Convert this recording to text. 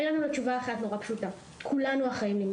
הייתה לנו תשובה אחת מאוד פשוטה - כולנו אחראים.